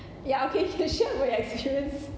ya okay you share about your experience